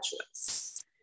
choice